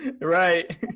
Right